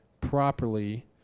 properly